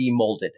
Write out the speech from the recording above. demolded